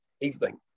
evening